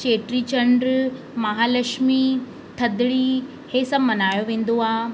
चेटी चंडु महालक्ष्मी थधिड़ी हीउ सभु मल्हायो वेंदो आहे